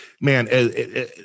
man